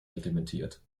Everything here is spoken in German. reglementiert